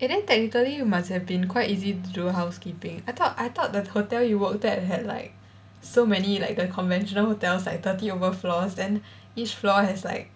eh then technically it must have been quite easy to do housekeeping I thought I thought the hotel you worked at had like so many like the conventional hotels like thirty over floors then each floor has like